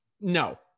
no